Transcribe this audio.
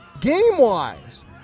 Game-wise